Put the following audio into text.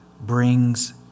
brings